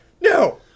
no